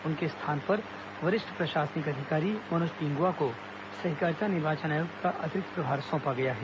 उनके स्थान पर वरिष्ठ प्रशासनिक अधिकारी मनोज पिंगुआ को सहकारिता निर्वाचन आयुक्त का अतिरिक्त प्रभार सौंपा गया है